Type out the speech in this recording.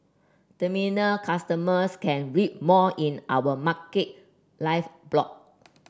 terminal customers can read more in our Market Live blog